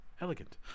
Elegant